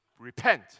Repent